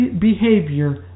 behavior